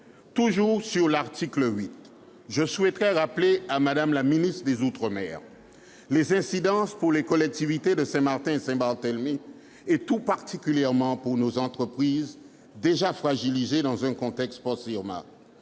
Toujours sur l'article 8, je souhaiterais rappeler les incidences pour les collectivités de Saint-Martin et Saint-Barthélemy et tout particulièrement pour nos entreprises, déjà fragilisées dans un contexte post-Irma.